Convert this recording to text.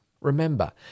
Remember